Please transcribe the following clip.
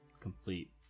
complete